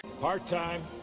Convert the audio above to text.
Part-time